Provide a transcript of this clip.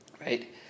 right